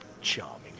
Charming